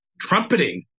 trumpeting